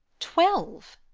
twelve!